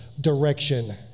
direction